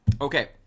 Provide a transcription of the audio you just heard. Okay